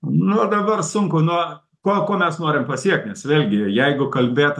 nu dabar sunku nuo ko ko mes norim pasiekt nes vėlgi jeigu kalbėt